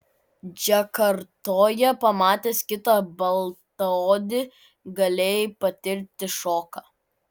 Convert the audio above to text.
džakartoje pamatęs kitą baltaodį galėjai patirti šoką